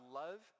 love